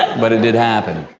but, it did happen.